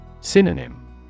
Synonym